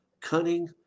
cunning